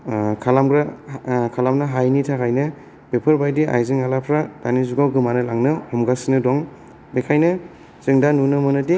खालामग्रा खालामनो हायैनि थाखायनो बेफोरबायदि आइजें आयलाफोरा दानि जुगआव गोमानो लांनो हमगासिनो दं बेखायनो जों दा नुनो मोनोदि